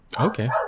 Okay